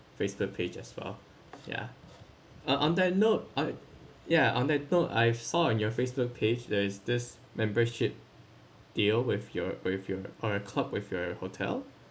Facebook page as well yeah uh on that note I ya on that note I've saw on your Facebook page there is this membership deal with your with your or a club with your hotel